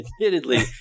admittedly